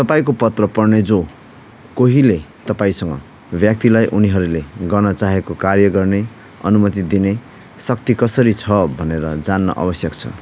तपाईँँको पत्र पढ्ने जो कोहीले तपाईँँसँग व्यक्तिलाई उनीहरूले गर्नचाहेको कार्य गर्ने अनुमति दिने शक्ति कसरी छ भनेर जान्न आवश्यक छ